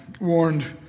warned